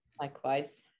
Likewise